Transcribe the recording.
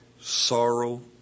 Sorrow